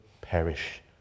perish